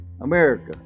America